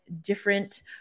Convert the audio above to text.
different